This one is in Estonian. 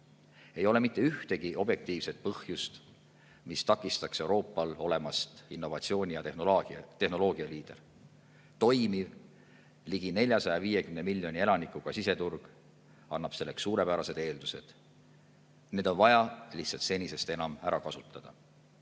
Ei ole mitte ühtegi objektiivset põhjust, mis takistaks Euroopal olemast innovatsiooni ja tehnoloogia liider. Toimiv, ligi 450 miljoni elanikuga siseturg annab selleks suurepärased eeldused. Need on vaja lihtsalt senisest enam ära kasutada. Mõni